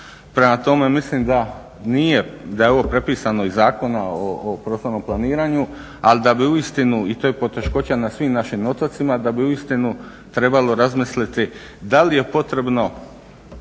Prema tome mislim da nije, da je ovo prepisano iz Zakona o prostornom planiranju, ali da bi uistinu i to je poteškoća na svim našim otocima, da bi uistinu trebalo razmisliti da li je potrebno